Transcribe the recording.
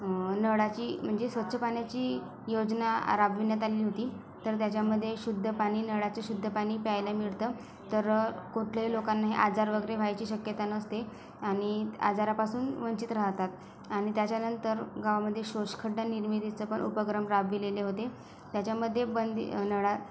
नळाची म्हणजे स्वच्छ पाण्याची योजना राबविण्यात आली होती तर त्याच्यामध्ये शुद्ध पाणी नळाचे शुध्द पाणी प्यायला मिळतं तर कुठल्याही लोकांना हे आजार वगैरे व्हायची शक्यता नसते आणि आजारापासून वंचित राहतात आणि त्याच्यानंतर गावामध्ये शोषखड्डा निर्मितीचापण उपक्रम राबविलेले होते त्याच्यामध्ये बंदी नळा